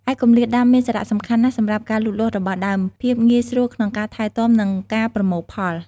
ឯគម្លាតដាំមានសារៈសំខាន់ណាស់សម្រាប់ការលូតលាស់របស់ដើម ភាពងាយស្រួលក្នុងការថែទាំ និងការប្រមូលផល។